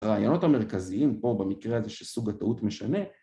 רעיונות המרכזיים פה במקרה הזה שסוג הטעות משנה